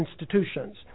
institutions